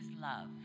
love